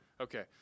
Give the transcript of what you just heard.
Okay